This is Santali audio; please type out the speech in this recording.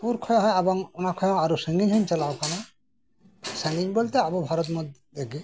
ᱥᱩᱨ ᱠᱷᱚᱡ ᱦᱚᱸ ᱮᱵᱚᱝ ᱚᱱᱟ ᱠᱷᱚᱡ ᱦᱚᱸ ᱥᱟᱹᱜᱤᱧ ᱦᱚᱸᱧ ᱪᱟᱞᱟᱣ ᱟᱠᱟᱱᱟ ᱥᱟᱹᱜᱤᱧ ᱵᱚᱞᱛᱮ ᱟᱵᱚ ᱵᱷᱟᱨᱚᱛ ᱢᱚᱫᱷᱮ ᱜᱮ